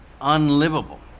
unlivable